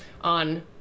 on